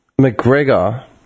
McGregor